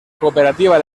cooperativa